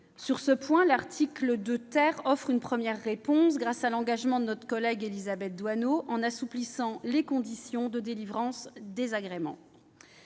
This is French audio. Sur ce point, l'article 2 offre une première réponse, grâce à l'engagement de notre collègue Élisabeth Doineau, en assouplissant les conditions de délivrance des agréments.